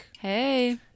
Hey